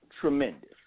Tremendous